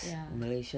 ya